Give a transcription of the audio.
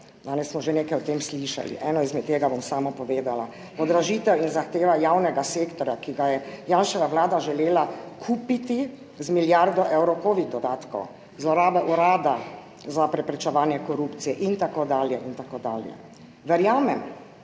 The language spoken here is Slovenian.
Danes smo že nekaj o tem slišali, eno izmed tega bom samo povedala. Podražitev in zahteva javnega sektorja, ki ga je Janševa vlada želela kupiti z milijardo evrov covid dodatkov, zlorabe urada za preprečevanje korupcije in tako dalje in tako